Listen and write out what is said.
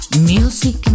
Music